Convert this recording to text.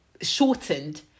shortened